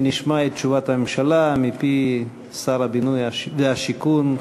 נשמע את תשובת הממשלה מפי שר הבינוי והשיכון,